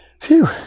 Phew